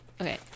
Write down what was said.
Okay